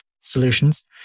solutions